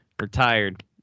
retired